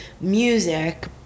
music